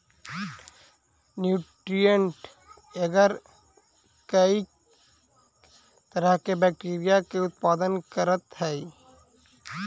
nutrient agar कईक तरह के बैक्टीरिया के उत्पादन करऽ हइ